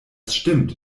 stimmt